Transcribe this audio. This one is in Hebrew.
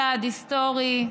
צעד היסטורי.